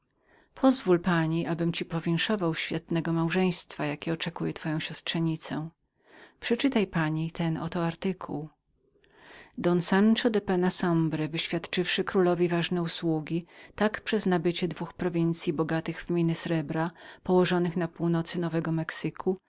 pozwól pani abym ci powinszował świetnego małżeństwa jakie oczekuje twoją synowicę przeczytaj pani ten artykuł don sanszo de penna sombre wyświadczywszy królowi ważne przysługi tak przez nabycie dwóch prowincyi bogatych w miny srebra położonych na północ nowego mexyku